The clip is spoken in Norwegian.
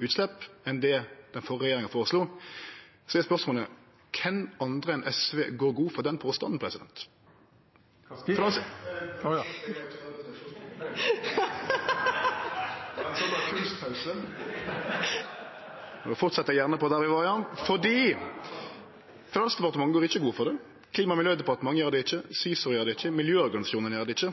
utslepp enn det den førre regjeringa føreslo, så er spørsmålet: Kven andre enn SV går god for den påstanden? Finansdepartementet går ikkje god for han, Klima- og miljødepartementet gjer det ikkje, Cicero gjer det ikkje, og miljøorganisasjonane gjer det ikkje.